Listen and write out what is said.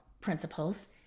principles